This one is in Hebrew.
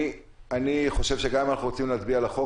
אני חושב שגם אם אנחנו רוצים להצביע על החוק